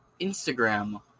Instagram